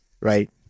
right